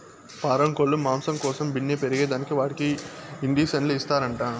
పారం కోల్లు మాంసం కోసం బిన్నే పెరగేదానికి వాటికి ఇండీసన్లు ఇస్తారంట